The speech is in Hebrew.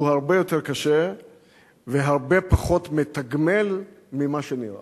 הוא הרבה יותר קשה והרבה פחות מתגמל ממה שנראה.